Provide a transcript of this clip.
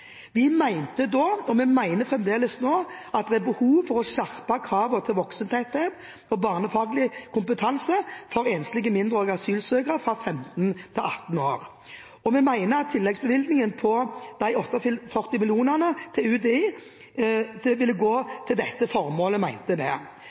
Vi mente da – og vi mener fremdeles – at det er behov for å skjerpe kravet til voksentetthet og barnefaglig kompetanse når det gjelder enslige mindreårige asylsøkere mellom 15 og 18 år. Vi mente at tilleggsbevilgningen på 48 mill. kr til UDI skulle gå til